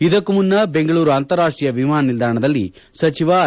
ಇದಕ್ಕೂ ಮುನ್ನ ಬೆಂಗಳೂರು ಅಂತಾರಾಷ್ಷೀಯ ವಿಮಾನ ನಿಲ್ದಾಣದಲ್ಲಿ ಸಚಿವ ಆರ್